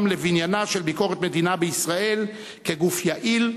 לבניינה של ביקורת מדינה בישראל כגוף יעיל,